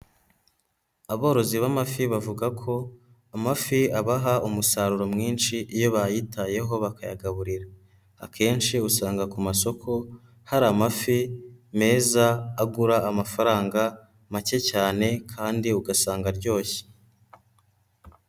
Aborozi b'amafi bavuga ko amafi abaha umusaruro mwinshi iyo bayitayeho bakayagaburira. Akenshi usanga ku masoko, hari amafi meza agura amafaranga make cyane kandi ugasanga aryoshye.